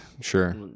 Sure